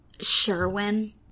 Sherwin